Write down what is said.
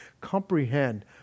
comprehend